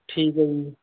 ਠੀਕ ਹੈ ਜੀ